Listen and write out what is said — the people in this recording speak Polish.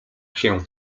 się